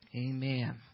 Amen